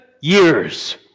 years